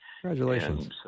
Congratulations